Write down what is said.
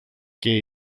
και